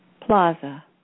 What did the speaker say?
plaza